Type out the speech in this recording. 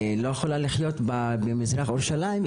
ולא יכולה לחיות במזרח ירושלים,